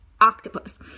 octopus